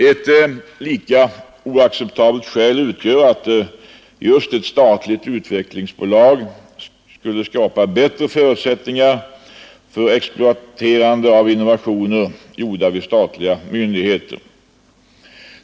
Ett lika oacceptabelt skäl utgör att just ett statligt utvecklingsbolag skulle skapa bättre förutsättningar för exploaterande av innovationer gjorda vid statliga myndigheter.